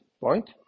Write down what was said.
point